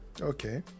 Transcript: Okay